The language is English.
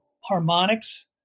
harmonics